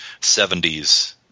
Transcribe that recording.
70s